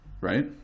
Right